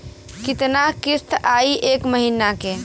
कितना किस्त आई एक महीना के?